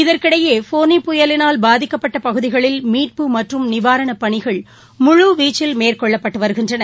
இதற்கிடையே ஃபோனி புயலினால் பாதிக்கப்பட்டபகுதிகளில் மீட்பு மற்றும் நிவாரணப் பணிகள் முழு வீச்சில் மேற்கொள்ளப்பட்டுவருகின்றன